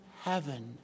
heaven